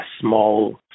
small